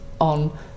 on